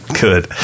Good